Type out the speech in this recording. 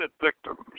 victims